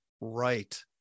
Right